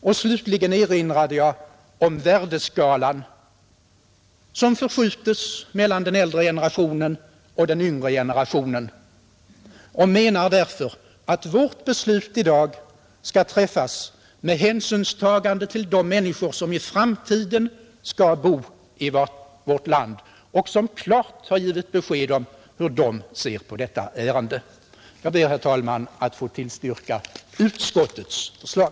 Och slutligen erinrade jag om värdeskalan, som förskjutes mellan den äldre och den yngre generationen, och menade därför att vårt beslut i dag skall träffas med hänsynstagande till de människor som i framtiden skall bo i vårt land och som klart har givit besked om hur de ser på detta ärende. Jag ber, herr talman, att få tillstyrka utskottets förslag.